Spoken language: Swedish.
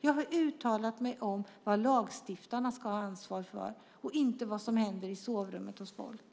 Jag har uttalat mig om vad lagstiftarna ska ha ansvar för och inte om vad som händer i sovrummet hos folk.